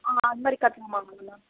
ஆ அதுமாதிரி கட்டலாமா மேம்